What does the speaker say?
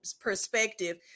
perspective